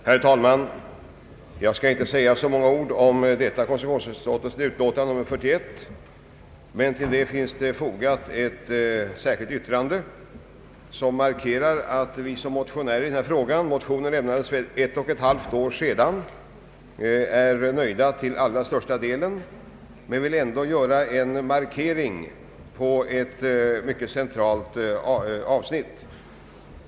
Herr talman! Jag skall inte säga så många ord om konstitutionsutskottets utlåtande nr 41, men till utlåtandet finns fogat ett särskilt yttrande som går ut på att vi som motionärer i denna fråga — motionen lämnades för ett och ett halvt år sedan — är till allra största delen nöjda, men ändå på ett mycket centralt avsnitt vill göra en markering.